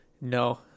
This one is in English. No